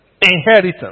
inheritance